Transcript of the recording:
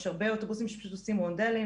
יש הרבה אוטובוסים שעושים רונדלים,